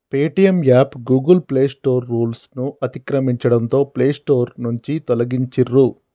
Paytm app Google Play Store రూల్స్ను అతిక్రమించడంతో Play Store నుంచి తొలగించిర్రు